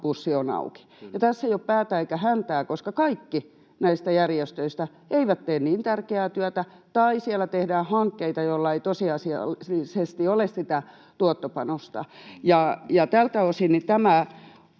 rahapussi on auki. Tässä ei ole päätä eikä häntää, koska kaikki näistä järjestöistä eivät tee niin tärkeää työtä tai siellä tehdään hankkeita, joilla ei tosiasiallisesti ole sitä tuottopanosta. Tältä osin tämä